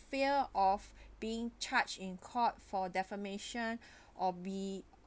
fear of being charged in court for defamation or be